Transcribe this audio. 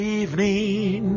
evening